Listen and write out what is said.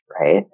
right